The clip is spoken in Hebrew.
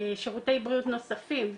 שירותי בריאות נוספים,